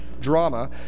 drama